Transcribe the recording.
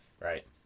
right